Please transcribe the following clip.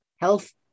health